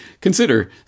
consider